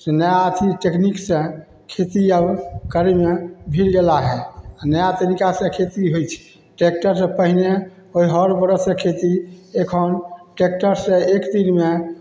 से नया अथी टेकनिकसँ खेती आब करैमे भिड़ गेलाहे नया तरीकासँ खेती होइ छै ट्रैकटरसँ पहिने होइ हर बड़दसँ खेती एखन ट्रैकटरसँ एक दिनमे